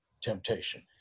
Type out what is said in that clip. temptation